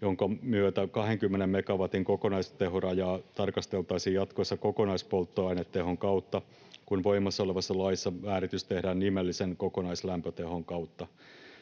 jonka myötä 20 megawatin kokonaistehorajaa tarkasteltaisiin jatkossa kokonaispolttoainetehon kautta, kun voimassa olevassa laissa määritys tehdään nimellisen kokonaislämpötehon kautta.